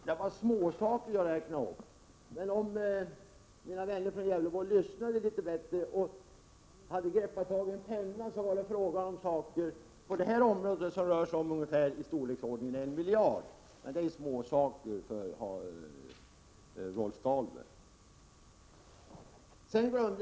Herr talman! Rolf Dahlberg sade att det jag räknade upp var småsaker. Men om mina vänner från Gävleborg hade lyssnat litet bättre, hade de uppfattat att det var fråga om åtgärder för i storleksordningen 1 miljard. Men det är ju småsaker för Rolf Dahlberg. Herr talman!